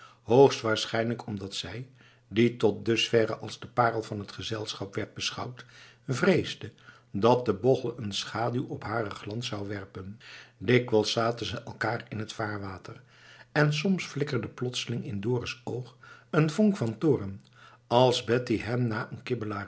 hoogstwaarschijnlijk omdat zij die tot dusverre als de parel van het gezelschap was beschouwd vreesde dat de bochel een schaduw op haren glans zou werpen dikwijls zaten ze elkaar in het vaarwater en soms flikkerde plotseling in dorus oog een vonk van toorn als betty hem na